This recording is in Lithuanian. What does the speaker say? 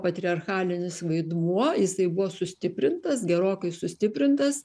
patriarchalinis vaidmuo jisai buvo sustiprintas gerokai sustiprintas